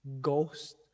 ghost